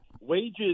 Wages